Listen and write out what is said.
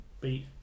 beat